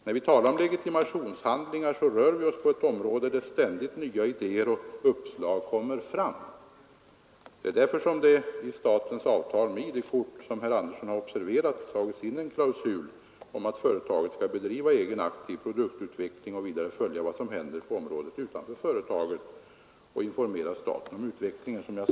När vi talar om legitimationshandlingar rör vi oss på ett område där det ständigt kommer fram nya idéer och uppslag. Det är därför som det i statens avtal med ID-kort, som herr Andersson har observerat, har intagits en klausul om att företaget skall bedriva egen aktiv produktutveckling och vidare följa vad som händer på området utanför företaget och informera staten om utvecklingen.